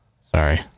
Sorry